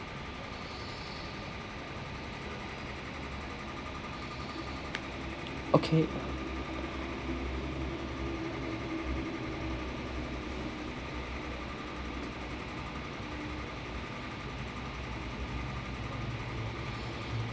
okay